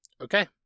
Okay